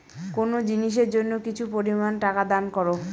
কোনো জিনিসের জন্য কিছু পরিমান টাকা দান করো